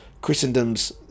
Christendom's